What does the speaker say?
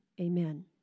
Amen